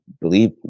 believe